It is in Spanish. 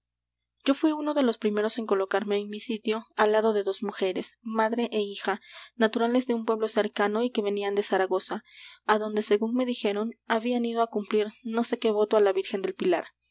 yo fuí uno de los primeros en colocarme en mi sitio al lado de dos mujeres madre é hija naturales de un pueblo cercano y que venían de zaragoza adonde según me dijeron habían ido á cumplir no sé qué voto á la virgen del pilar